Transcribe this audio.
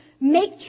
make